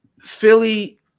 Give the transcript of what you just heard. Philly